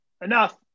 enough